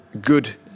good